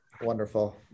Wonderful